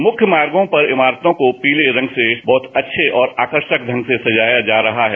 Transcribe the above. मुख्य मार्गो पर इमारतों को पीले रंग से बहुत अच्छे और आकर्षक ढंग से सजाया जा रहा है